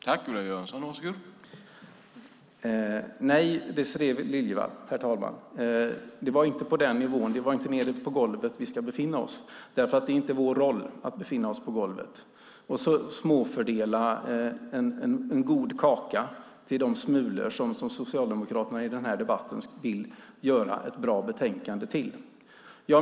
Herr talman! Nej, Désirée Liljevall, det var inte på den nivån. Det är inte nere på golvet vi ska befinna oss. Det är inte vår roll att befinna oss på golvet och småfördela en god kaka till de smulor som Socialdemokraterna i den här debatten vill göra ett bra betänkande till.